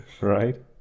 Right